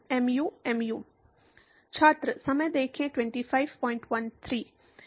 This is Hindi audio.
म्यू म्यू यू ठीक है